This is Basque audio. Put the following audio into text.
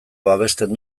babesten